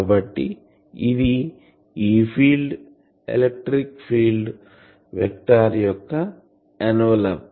కాబట్టి ఇది E field electric field vector యొక్క ఎన్వలప్